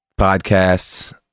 podcasts